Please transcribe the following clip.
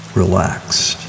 relaxed